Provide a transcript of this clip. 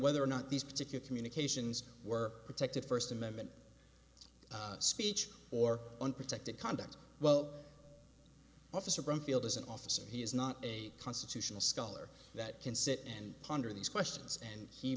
whether or not these particular communications were protected first amendment speech or unprotected conduct well officer brumfield as an officer he is not a constitutional scholar that can sit and ponder these questions and he